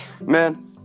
Man